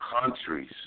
countries